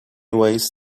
ways